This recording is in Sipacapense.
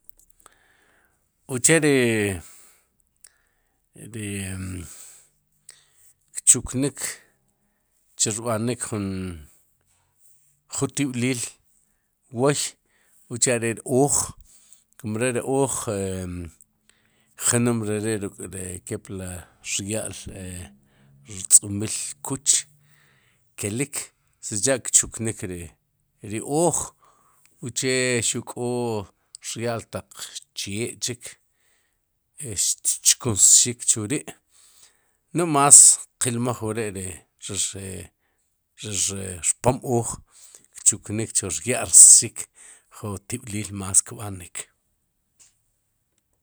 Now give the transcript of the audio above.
uche ri ri kchuknik ri kb'anik jun jutib'liil woy uche are'ri ooj kum re ri ooj em jnum re ri ruk'ri kepli rya'l e rtz'umil kuch kelik, sicha' kchuknik ri ooj, uche xuq kó taq rya'l taq chee chi xtchkunsxik, chu ri' no'j más qilmaj wre' ri rir rir rpom ooj kchuknik chu rya'rsxik. chu ju tib'liil más kb'anik.